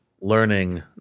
learning